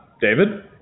David